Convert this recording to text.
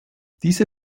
diese